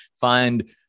find